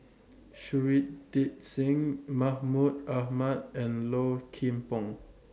Shui Tit Sing Mahmud Ahmad and Low Kim Pong